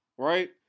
right